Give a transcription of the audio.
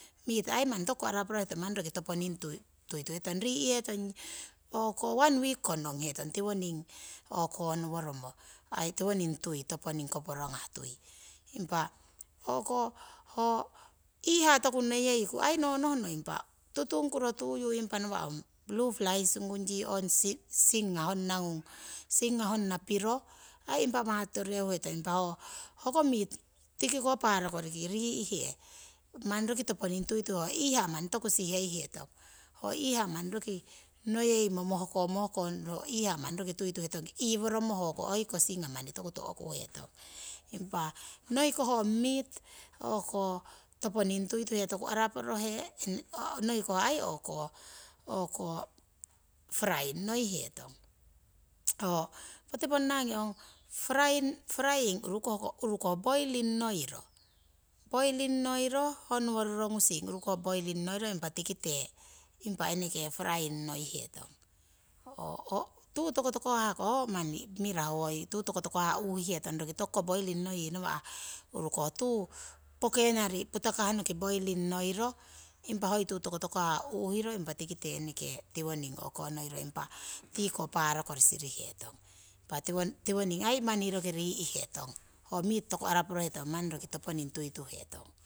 Miiti aii manni tokuko araporohetong manni roki toponing tuituhetong rii'hetong, hoko one wik ko nonghetong tiwoning o'konoworomo aii tiwoning tui toponing tui koporongah tui. Impa o'ko ho iihaa toku neyeiku aii no nohno impa tutungkuro tuyu impa nawa' ong blu flies ngung yii ong singa honna ngung, singa honna piro aii impa maa totoreu hetong. Ho miiti tiki ko parokoriko rii' he manni roki toponing tuituhe ho iihaa manni toku siheitong, ho iihaa manni roki neyeimo mohko mohko ho iihaa manni roki tuituhetong manni roki iiworomo nomotuki hoi kiko singa manni toku to'kuhetong. Impa noi ko miiti topo tuituhe ho miiti toku araporohe noiko aii o'ko frying noihetong, ho poti ponnangi ong frying urukukoh noiling ngoiro, boiling ngoiro honowo rorongusing urukoh poiring noiro impa tikite eneke frying noihetong. Tuu tokotoko hah uhihetong tokuko poiring ngoyi nawa', urukoh tuu peknari putakah noki poiring ngoiro impa hoi tuu tokotoko hah uuhiro yikite eneke tiko paro kori sirihetong impa tiwoning aii manni roki rii'hetong manni roki toponing tuituhetong.